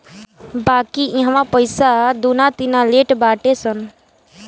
बाकी इहवा पईसा दूना तिना लेट बाटे सन